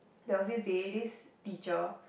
there was this day this teacher